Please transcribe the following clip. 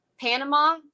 Panama